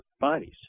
bodies